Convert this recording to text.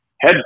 head